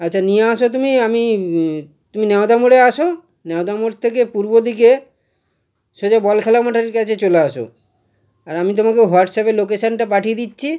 আচ্ছা নিয়ে আসো তুমি আমি তুমি ন্যাওদা মোড়ে আসো ন্যাওদা মোড় থেকে পূর্ব দিকে সোজা বল খেলা মাঠের কাছে চলে আসো আর আমি তোমাকে হোয়াটসঅ্যাপে লোকেশানটা পাঠিয়ে দিচ্ছি